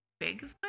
Bigfoot